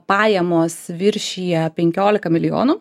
pajamos viršija penkiolika milijonų